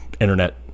Internet